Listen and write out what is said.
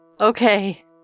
Okay